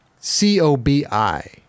c-o-b-i